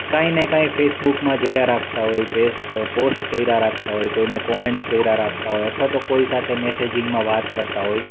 કાંઇને કાંઇ ફેસબુકમાં જોયા રાખતા હોય પોસ્ટ કર્યા રાખતા હોય કોઈને કોમેન્ટ્સ કર્યા રાખતા હોય અથવા તો કોઈ સાથે મેસેજિંગમાં વાત કરતા હોય